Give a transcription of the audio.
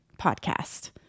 podcast